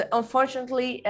unfortunately